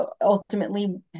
ultimately